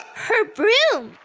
her broom!